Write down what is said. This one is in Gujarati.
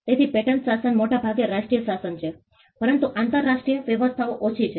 તેથી પેટન્ટ શાસન મોટાભાગે રાષ્ટ્રીય શાસન છે પરંતુ આંતરરાષ્ટ્રીય વ્યવસ્થાઓ ઓછી છે